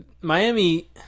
Miami